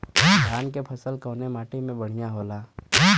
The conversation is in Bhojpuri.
धान क फसल कवने माटी में बढ़ियां होला?